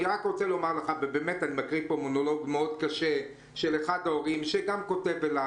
אני מקריא פה מונולוג מאוד קשה של אחד ההורים שכותב אליי.